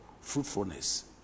fruitfulness